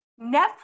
Netflix